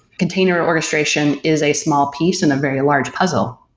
container orchestration is a small piece in a very large puzzle.